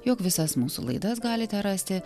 jog visas mūsų laidas galite rasti